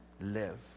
live